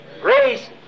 Grace